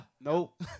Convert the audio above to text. Nope